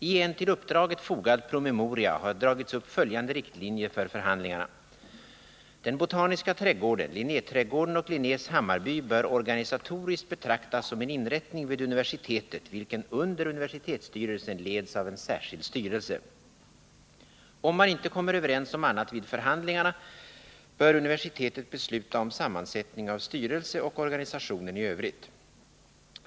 Ien till uppdraget fogad promemoria har dragits upp följande riktlinjer för förhandlingarna. Den botaniska trädgården, Linnéträdgården och Linnés Hammarby bör organisatoriskt betraktas som en inrättning vid universitetet, vilken under universitetsstyrelsen leds av en särskild styrelse. Om man inte kommer överens om annat vid förhandlingarna bör universitetet besluta om sammansättning av styrelse och organisationen i övrigt.